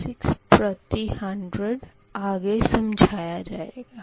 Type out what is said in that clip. यह 086 प्रति 100 आगे समझाया जाएगा